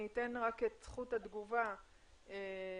אני אתן את זכות התגובה ליוגב.